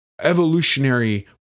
evolutionary